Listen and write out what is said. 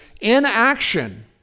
inaction